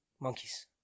monkeys